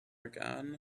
again